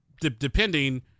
depending